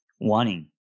wanting